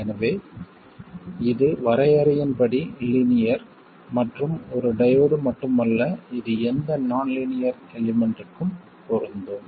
எனவே இது வரையறையின்படி லீனியர் மற்றும் ஒரு டையோடு மட்டும் அல்ல இது எந்த நான் லீனியர் எலிமெண்ட்க்கும் பொருந்தும்